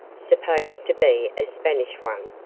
supposed to be a spanish one,